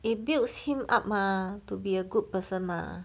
it built him up mah to be a good person mah